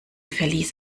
verlies